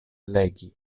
legi